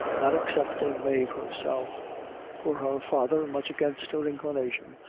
not excepting mave herself for her father, much against her inclination,